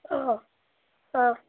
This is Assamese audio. অঁ অঁ